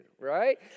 right